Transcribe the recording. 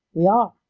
we are,